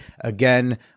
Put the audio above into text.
again